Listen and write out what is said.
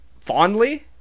Fondly